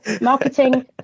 Marketing